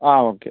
ആ ഓക്കെ